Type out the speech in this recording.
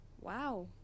Wow